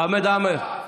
חמד עמאר?